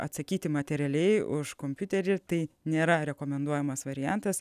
atsakyti materialiai už kompiuterį tai nėra rekomenduojamas variantas